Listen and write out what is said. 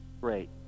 great